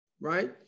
Right